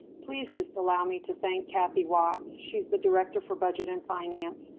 please just allow me to thank kathy watts. she's the director for budget and finance.